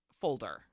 folder